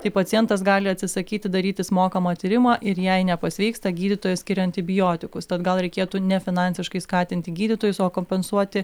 tai pacientas gali atsisakyti darytis mokamą tyrimą ir jei nepasveiksta gydytojas skiria antibiotikus tad gal reikėtų ne finansiškai skatinti gydytojus o kompensuoti